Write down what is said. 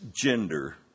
gender